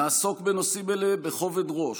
נעסוק בנושאים אלה בכובד ראש,